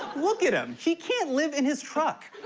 look at him, he can't live in his truck.